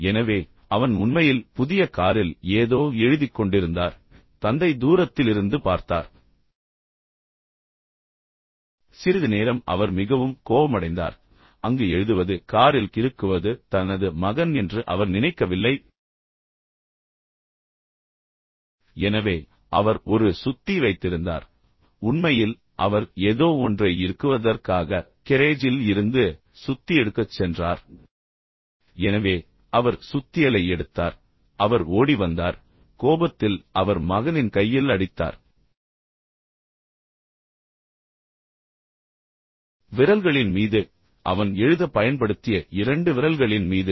எனவே அவன் உண்மையில் புதிய காரில் ஏதோ எழுதிக் கொண்டிருந்தார் தந்தை தூரத்திலிருந்து பார்த்தார் சிறிது நேரம் அவர் மிகவும் கோபமடைந்தார் அங்கு எழுதுவது காரில் கிறுக்குவது தனது மகன் என்று அவர் நினைக்கவில்லை எனவே அவர் ஒரு சுத்தி வைத்திருந்தார் உண்மையில் அவர் எதோ ஒன்றை இறுக்குவதற்காக கேரேஜில் இருந்து சுத்தி எடுக்கச் சென்றார் எனவே அவர் சுத்தியலை எடுத்தார் அவர் ஓடி வந்தார் கோபத்தில் அவர் மகனின் கையில் அடித்தார் விரல்களின் மீது அவன் எழுத பயன்படுத்திய இரண்டு விரல்களின் மீது